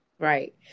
Right